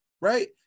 right